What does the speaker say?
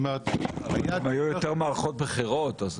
היו יותר מערכות בחירות.